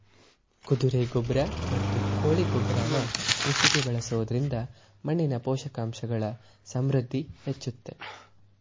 ಕುದುರೆ ಗೊಬ್ರ ಮತ್ತು ಕೋಳಿ ಗೊಬ್ರನ ಕೃಷಿಗೆ ಬಳಸೊದ್ರಿಂದ ಮಣ್ಣಿನ ಪೋಷಕಾಂಶಗಳ ಸಮೃದ್ಧಿ ಹೆಚ್ಚುತ್ತೆ